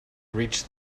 reach